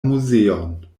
muzeon